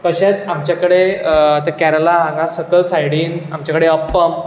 तशेंच आमचे कडेन ते केरळा हांगा सकयल साडीन आमचे कडेन अप्पम